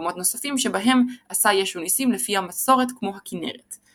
ומקומות נוספים שבהם עשה ישו ניסים לפי המסורת כמו הכנרת.